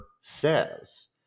Says